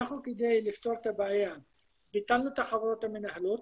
כדי לפתור את הבעיה אנחנו ביטלנו את החברות המנהלות,